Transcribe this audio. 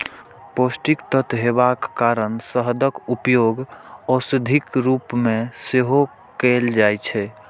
पौष्टिक तत्व हेबाक कारण शहदक उपयोग औषधिक रूप मे सेहो कैल जाइ छै